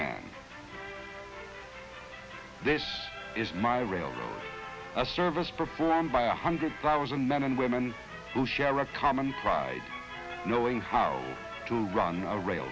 man this is my railroad a service performed by a hundred thousand men and women who share a common pride knowing how to run a